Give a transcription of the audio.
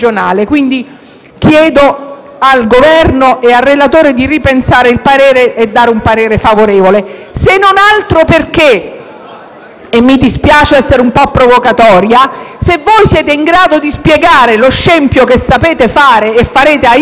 al Governo e al relatore di rivedere il proprio parere ed esprimerne uno favorevole, se non altro perché - mi dispiace essere un po' provocatoria - se siete in grado di spiegare lo scempio che sapete fare e farete a Ischia con il condono tombale, non